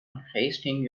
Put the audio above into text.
unhasting